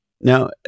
Now